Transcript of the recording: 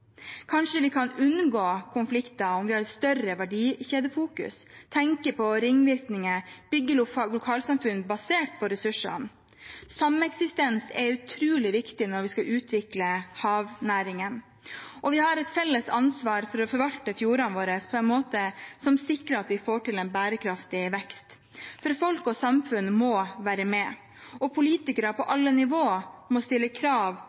Kanskje vi kan unngå konflikter om vi har et større verdikjedefokus, tenker på ringvirkninger, bygger lokalsamfunn basert på ressursene? Sameksistens er utrolig viktig når vi skal utvikle havnæringene. Vi har et felles ansvar for å forvalte fjordene våre på en måte som sikrer at vi får til en bærekraftig vekst. Folk og samfunn må være med, og politikere på alle nivå må stille krav